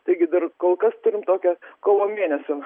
taigi dar kol kas turim tokią kovo mėnesio